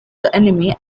enemy